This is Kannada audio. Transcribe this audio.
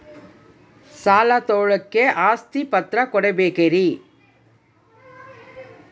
ಸಾಲ ತೋಳಕ್ಕೆ ಆಸ್ತಿ ಪತ್ರ ಕೊಡಬೇಕರಿ?